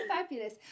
fabulous